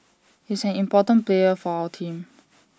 he's an important player for our team